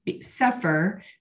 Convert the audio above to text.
suffer